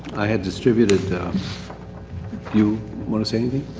i had distributed you want to say anything?